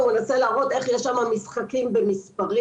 הוא מנסה להראות איך יש שם משחקים במספרים.